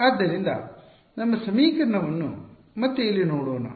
ಆದ್ದರಿಂದ ನಮ್ಮ ಸಮೀಕರಣವನ್ನು ಮತ್ತೆ ಇಲ್ಲಿ ನೋಡೋಣ